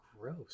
gross